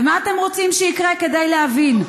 ומה אתם רוצים שיקרה כדי להבין?